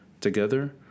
together